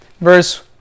verse